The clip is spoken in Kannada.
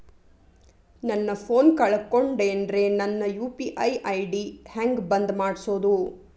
ನನ್ನ ಫೋನ್ ಕಳಕೊಂಡೆನ್ರೇ ನನ್ ಯು.ಪಿ.ಐ ಐ.ಡಿ ಹೆಂಗ್ ಬಂದ್ ಮಾಡ್ಸೋದು?